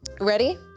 ready